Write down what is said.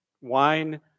wine